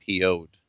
po'd